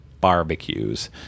barbecues